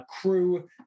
crew